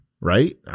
right